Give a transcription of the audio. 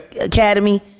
Academy